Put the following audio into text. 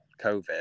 COVID